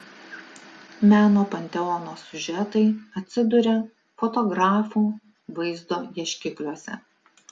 meno panteonų siužetai atsiduria fotografų vaizdo ieškikliuose